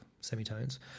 semitones